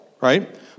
right